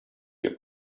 your